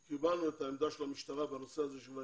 רוצה לומר שקיבלנו את העמדה של המשטרה בנושא הזה שיש